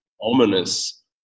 ominous